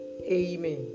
amen